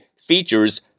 features